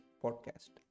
podcast